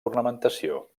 ornamentació